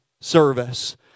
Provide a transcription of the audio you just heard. service